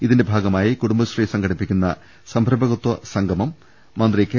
ഇതിന്റെ ഭാഗമായി കുടുംബശ്രീ സംഘ ടിപ്പിക്കുന്ന സംരംഭക സംഗമം മന്ത്രി കെ